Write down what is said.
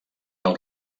del